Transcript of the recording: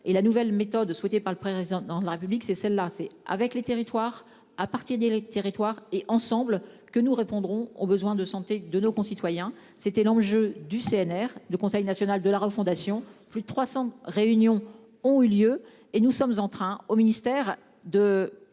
et la nouvelle méthode souhaitée par le président de la République, c'est celle-là, c'est avec les territoires à partir des territoires et ensemble que nous répondrons aux besoins de santé de nos concitoyens. C'était l'enjeu du CNR de conseil national de la refondation. Plus de 300 réunions ont eu lieu et nous sommes en train au ministère de